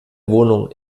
wohnung